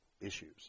issues